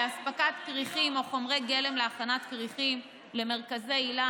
לאספקת כריכים או חומרי גלם להכנת כריכים למרכזי היל"ה.